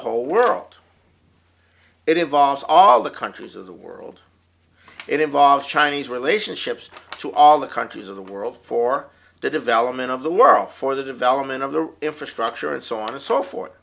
whole world it involves all the countries of the world it involved chinese relationships to all the countries of the world for the development of the world for the development of the infrastructure and so on and so forth